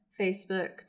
Facebook